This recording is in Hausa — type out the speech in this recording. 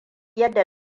yadda